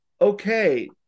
okay